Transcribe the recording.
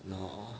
LOL